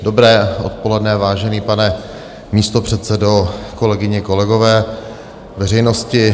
Dobré odpoledne, vážený pane místopředsedo, kolegyně, kolegové, veřejnosti.